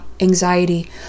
anxiety